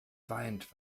weint